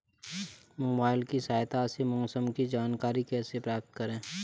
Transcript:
Mobile की सहायता से मौसम की जानकारी कैसे प्राप्त करें?